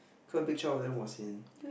quite a big chunk of them was in